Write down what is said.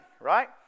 right